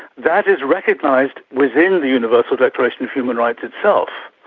that is recognised within the universal declaration of human rights itself.